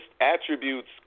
attributes